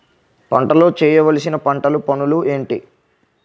పంటలో చేయవలసిన పంటలు పనులు ఏంటి?